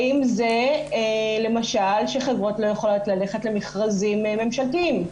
האם זה למשל שחברות לא יכולות לגשת למכרזים ממשלתיים?